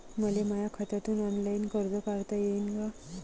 मले माया खात्यातून ऑनलाईन कर्ज काढता येईन का?